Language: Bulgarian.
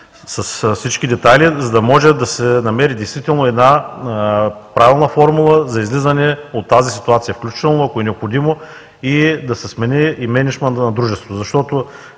с всички детайли, за да може да се намери действително една правилна формула за излизане от тази ситуация, включително, ако е необходимо да се смени и мениджмънта на дружеството,